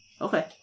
Okay